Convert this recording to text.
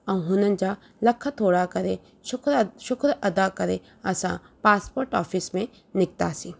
ऐं हुननि जा लख थोरा करे शुख़्रु शुख़्रु अदा करे असां पासपोट ऑफ़िस में निकितासीं